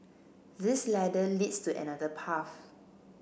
this ladder leads to another path